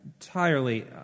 entirely